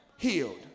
healed